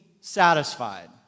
satisfied